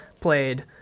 played